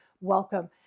welcome